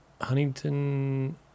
Huntington